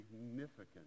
significant